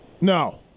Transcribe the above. No